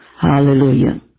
Hallelujah